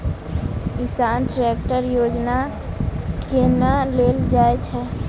किसान ट्रैकटर योजना केना लेल जाय छै?